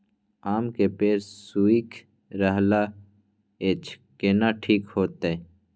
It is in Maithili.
आम के पेड़ सुइख रहल एछ केना ठीक होतय?